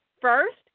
First